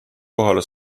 kohale